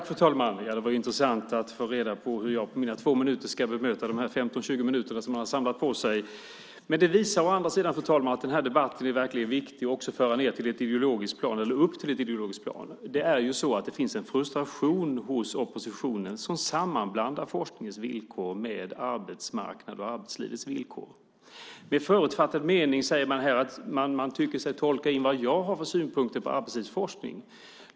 Fru talman! Det var intressant att få reda på hur jag på mina två minuter ska bemöta 15-20 minuter. Det visar å andra sidan att det verkligen är viktigt att föra upp den här debatten till ett ideologiskt plan. Det finns en frustration hos oppositionen, som sammanblandar forskningens villkor med arbetsmarknadens och arbetslivets villkor. I en förutfattad mening säger man sig tolka in vilka synpunkter jag har på arbetslivsforskning.